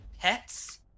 pets